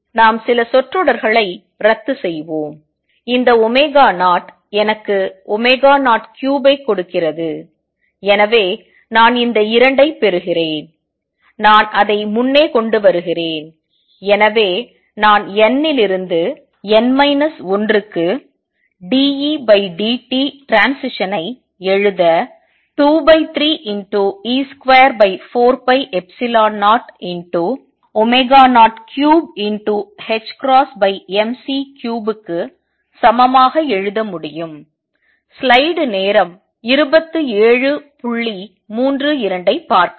நாம் சில சொற்றொடர்களை ரத்து செய்வோம் இந்த 0 எனக்கு 03 ஐ கொடுக்கிறது எனவே நான் இந்த 2 ஐ ப் பெறுகிறேன் நான் அதை முன்னே கொண்டு வருகிறேன் எனவே நான் n இலிருந்து n 1 க்கு dE dt ட்ரான்ஸ்சிஷன் ஐ எழுத 23e24π003mc3 க்கு சமமாக எழுத முடியும்